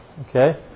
okay